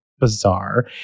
bizarre